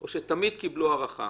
או שתמיד קיבלו הארכה?